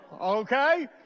Okay